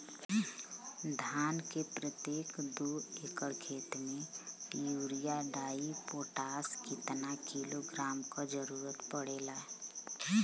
धान के प्रत्येक दो एकड़ खेत मे यूरिया डाईपोटाष कितना किलोग्राम क जरूरत पड़ेला?